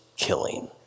killing